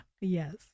Yes